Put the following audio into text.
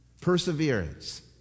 Perseverance